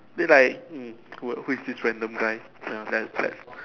they like mm who are who is this random guy ya then let's